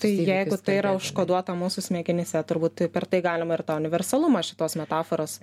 tai jeigu tai yra užkoduota mūsų smegenyse turbūt per tai galima ir tą universalumą šitos metaforos